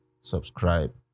subscribe